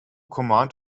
command